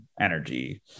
energy